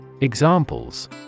examples